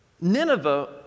Nineveh